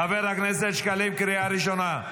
חבר הכנסת שקלים, קריאה ראשונה.